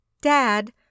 Dad